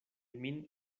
min